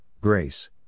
grace